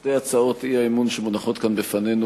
שתי הצעות האי-אמון שמונחות כאן לפנינו,